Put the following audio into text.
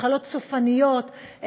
מחלות סופניות,